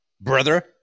Brother